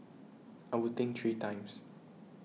I would think three times